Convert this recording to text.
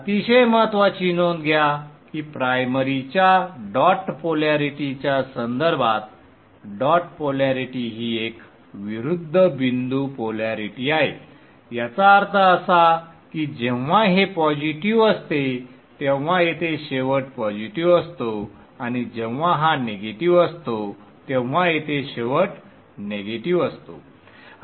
अतिशय महत्त्वाची नोंद घ्या की प्राइमरीच्या डॉट पोलॅरिटीच्या संदर्भात डॉट पोलॅरिटी ही एक विरुद्ध बिंदू पोलॅरिटी आहे याचा अर्थ असा की जेव्हा हे पॉजिटीव्ह असते तेव्हा येथे शेवट पॉजिटीव्ह असतो आणि जेव्हा हा निगेटिव्ह असतो तेव्हा येथे शेवट निगेटिव्ह असतो